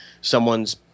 someone's –